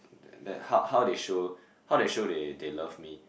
then then how how they show how they show they they love me